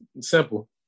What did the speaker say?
Simple